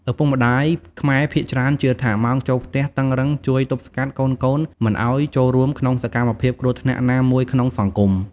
ឪពុកម្តាយខ្មែរភាគច្រើនជឿថា ម៉ោងចូលផ្ទះតឹងរឹងជួយទប់ស្កាត់កូនៗមិនឱ្យចូលរួមក្នុងសកម្មភាពគ្រោះថ្នាក់ណាមួយក្នុងសង្គម។